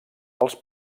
als